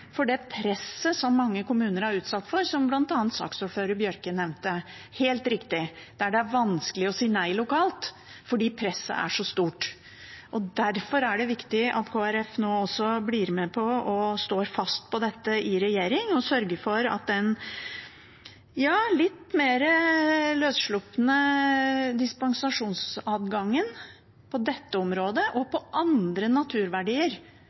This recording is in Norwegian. for det presset som mange kommuner er utsatt for, som bl.a. saksordfører Bjørke helt riktig nevnte, om at det er vanskelig å si nei lokalt, fordi presset er så stort. Derfor er det viktig at Kristelig Folkeparti nå blir med på og står fast på dette i regjering og sørger for at den litt mer løsslupne dispensasjonsadgangen på dette området og når det gjelder andre naturverdier,